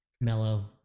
Mellow